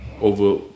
Over